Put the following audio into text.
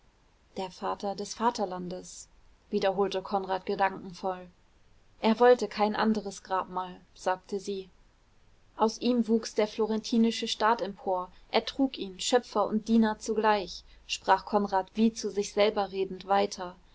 der vater des vaterlandes wiederholte konrad gedankenvoll er wollte kein anderes grabmal sagte sie aus ihm wuchs der florentinische staat empor er trug ihn schöpfer und diener zugleich sprach konrad wie zu sich selber redend weiter